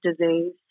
disease